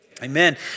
Amen